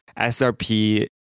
srp